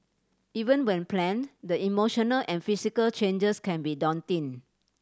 even when planned the emotional and physical changes can be daunting